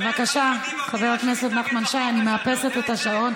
בבקשה, חבר הכנסת נחמן שי, אני מאפסת את השעון.